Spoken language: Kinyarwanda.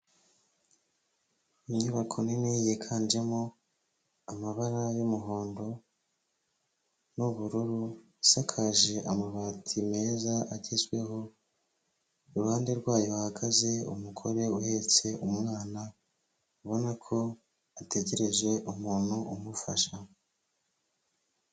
Inyubako nini yiganjemo amabara y'umuhondo n'ubururu, isakaje amabati meza agezweho. Iruhande rwayo hahagaze umugore uhetse umwana, ubona ko ategereje umuntu umufasha.